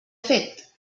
fet